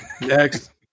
Next